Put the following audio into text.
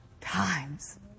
times